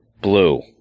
Blue